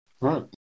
right